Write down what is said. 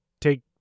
take